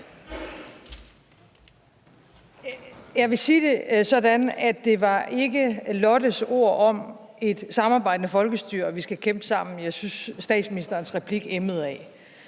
Jeg vil sige det sådan, at det ikke var Lottes ord om et samarbejdende folkestyre, og at vi skal kæmpe sammen, jeg synes statsministerens replik emmede af.